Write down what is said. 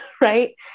right